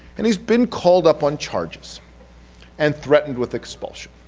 and he's been called up on charges and threatened with expulsion.